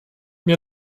mir